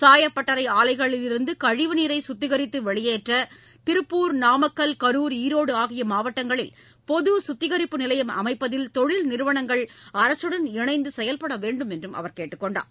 சாயப்பட்டறை ஆலைகளிலிருந்து கழிவு நீரை சுத்திகரித்து வெளியேற்ற திருப்பூர் நாமக்கல் கரூர் ஈரோடு ஆகிய மாவட்டங்களில் பொது சுத்திகரிப்பு நிலையம் அமைப்பதில் தொழில் நிறுவனங்கள் அரசுடன் இணைந்து செயல்பட வேண்டுமென்று கேட்டுக் கொண்டார்